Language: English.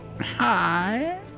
Hi